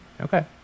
Okay